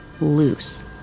loose